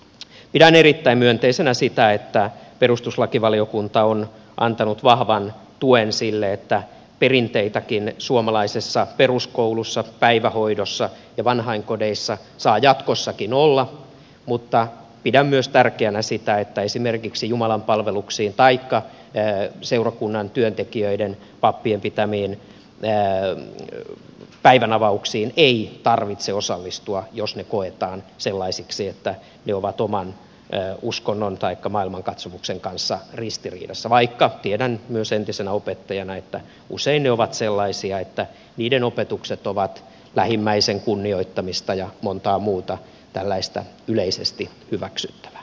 pidän erittäin myönteisenä sitä että perustuslakivaliokunta on antanut vahvan tuen sille että perinteitäkin suomalaisessa peruskoulussa päivähoidossa ja vanhainkodeissa saa jatkossakin olla mutta pidän myös tärkeänä sitä että esimerkiksi jumalanpalveluksiin taikka seurakunnan työntekijöiden pappien pitämiin päivänavauksiin ei tarvitse osallistua jos ne koetaan sellaisiksi että ne ovat oman uskonnon taikka maailmankatsomuksen kanssa ristiriidassa vaikka tiedän myös entisenä opettajana että usein ne ovat sellaisia että niiden opetukset ovat lähimmäisen kunnioittamista ja montaa muuta tällaista yleisesti hyväksyttävää